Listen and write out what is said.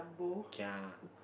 kia